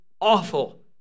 awful